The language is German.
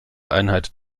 einheit